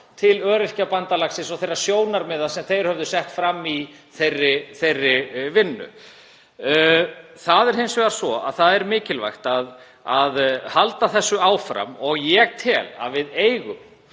til Öryrkjabandalagsins og þeirra sjónarmiða sem það hafði sett fram í þeirri vinnu. Það er hins vegar mikilvægt að halda þessu áfram og ég tel að við eigum